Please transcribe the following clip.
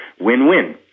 win-win